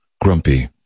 grumpy